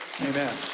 Amen